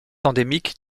endémique